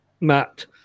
Matt